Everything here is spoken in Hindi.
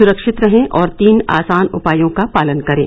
सुरक्षित रहें और तीन आसान उपायों का पालन करें